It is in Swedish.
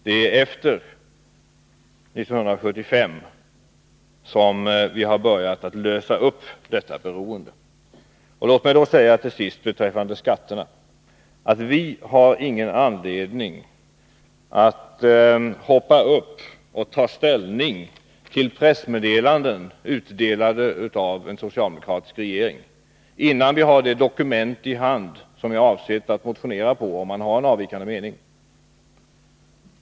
Det var efter 1975 som vi började frigöra oss från detta beroende. Låt mig till sist beträffande skatterna säga följande. Vi har inte någon anledning att så att säga hoppa upp och ta ställning till pressmeddelanden utdelade av en socialdemokratisk regering, innan vi fått de dokument i vår hand som kan föranleda motioner, om en avvikande mening skulle föreligga.